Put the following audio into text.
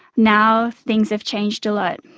now things have changed a lot.